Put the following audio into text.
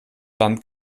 land